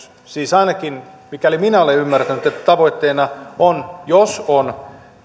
siis ainakin mikäli minä olen ymmärtänyt että tavoitteena on jos on